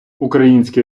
українські